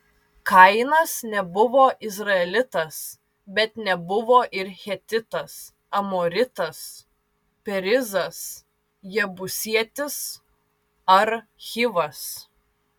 kainas nebuvo izraelitas bet nebuvo ir hetitas amoritas perizas jebusietis ar hivas